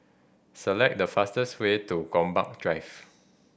select the fastest way to Gombak Drive